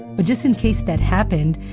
but just in case that happened,